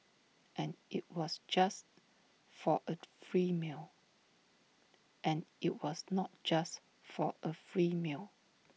and IT was just for A free meal and IT was not just for A free meal